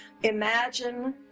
Imagine